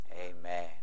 Amen